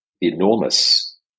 enormous